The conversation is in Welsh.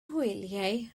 hwyliau